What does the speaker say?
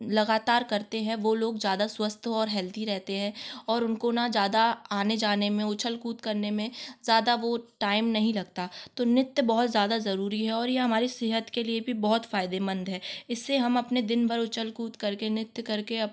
लगातार करते हैं वो लोग ज़्यादा स्वस्थ और हेल्थी रहते है और उनको न ज़्यादा आने जाने में उछल कूद करने में ज़्यादा वो टाइम नहीं लगता तो नृत्य बहुत ज़्यादा जरुरी है और ये हमारी सेहत के लिए भी बहुत फायदेमंद है इससे हम अपने दिनभर उछल खुद करके नित्य करके